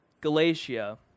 Galatia